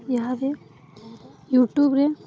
ଇହାଦେ ୟୁଟ୍ୟୁବରେ